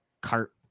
cart